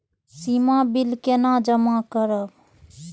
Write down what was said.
सीमा bill केना जमा करब?